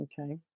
Okay